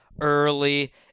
early